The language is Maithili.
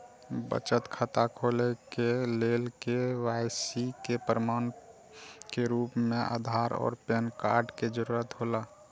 बचत खाता खोले के लेल के.वाइ.सी के प्रमाण के रूप में आधार और पैन कार्ड के जरूरत हौला